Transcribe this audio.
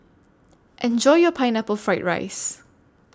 Enjoy your Pineapple Fried Rice